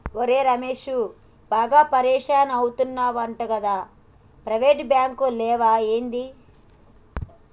ఒరే రమేశూ, బాగా పరిషాన్ అయితున్నవటగదా, ప్రైవేటు బాంకులు లేవా ఏంది